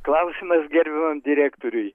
klausimas gerbiamam direktoriui